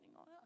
on